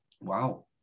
wow